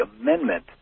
amendment